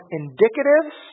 indicatives